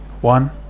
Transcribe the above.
one